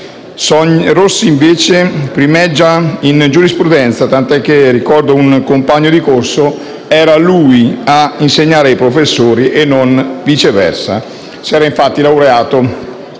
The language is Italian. Weber. Rossi invece primeggia a giurisprudenza, tant'è che, ricorda un compagno di corso, «era lui a insegnare ai professori, non viceversa». Si era infatti laureato